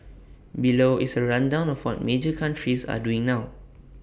below is A rundown of what major countries are doing now